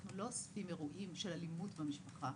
אנחנו לא אוספים אירועים של אלימות במשפחה,